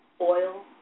Oil